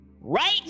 Right